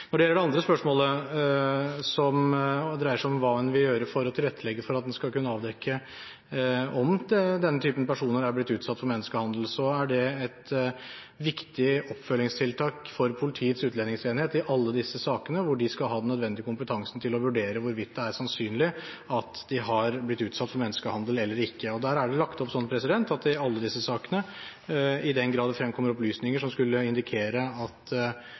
Når det gjelder det andre spørsmålet, som dreier seg om hva en vil gjøre for å tilrettelegge for at en skal kunne avdekke om den typen personer er blitt utsatt for menneskehandel, er det et viktig oppfølgingstiltak for Politiets utlendingsenhet i alle disse sakene, hvor de skal ha den nødvendige kompetansen til å vurdere hvorvidt det er sannsynlig at de har blitt utsatt for menneskehandel. Der er det lagt opp sånn at i den grad det fremkommer opplysninger som skulle indikere at